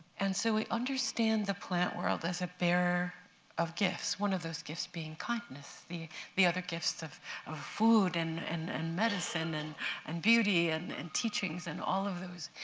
and so we understand the plant world as a bearer of gifts, one of those gifts being kindness, the the other gifts of of food and and medicine and and beauty and and teachings, and all of those.